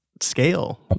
scale